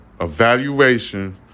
evaluation